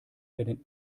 werden